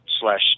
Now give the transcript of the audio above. slash